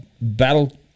Battle